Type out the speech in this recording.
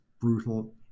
brutal